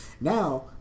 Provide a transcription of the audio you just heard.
Now